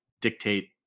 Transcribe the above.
dictate